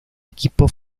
equipo